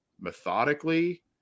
methodically